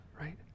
right